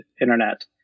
internet